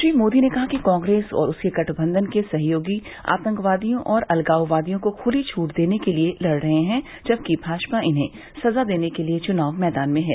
श्री मोदी ने कहा कि कांग्रेस और उसके गठबंधन के सहयोगी आतंकवादियों और अलगाववादियों को खुली छूट देने के लिए लड़ रहे हैं जबकि भाजपा इन्हें सजा देने के लिए चुनाव मैदान में हैं